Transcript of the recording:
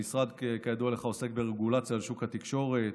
המשרד, כידוע לך, עוסק ברגולציה על שוק התקשורת.